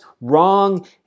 wrong